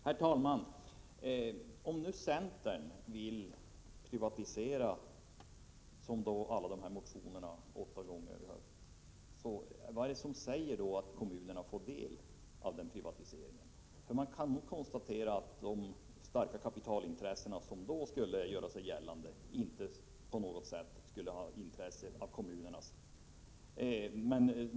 Herr talman! Om centern vill privatisera — vilket man har krävt i sina motioner vid, som sagt, åtta tillfällen — måste jag fråga: Vad är det som säger att kommunerna blir delaktiga i den privatiseringen? De starka kapitalintressen som då skulle göra sig gällande skulle säkert inte ha något som helst intresse av att kommunerna blir delaktiga.